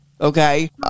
Okay